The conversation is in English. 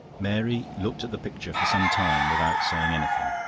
mary looked at the picture for some time without saying anything.